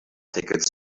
tickets